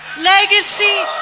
Legacy